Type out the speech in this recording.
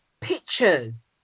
Pictures